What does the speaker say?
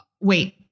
wait